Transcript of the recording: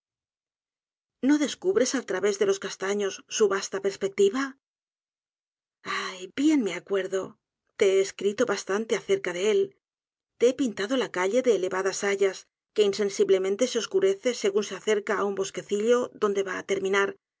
no descubres al través de los castaños su vasta perspectiva ah bien me acuerdo te he escrito bastante acerca de é l te he pintado la calle de elevadas hayas que insensiblemente se oscurece según se acerca á un bosquecillodonde va á terminar